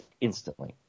instantly